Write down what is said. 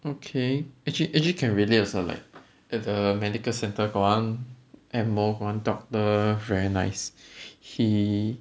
okay actually actually can relate also like that the medical centre got one M_O got one doctor very nice he